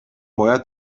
باید